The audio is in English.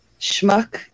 schmuck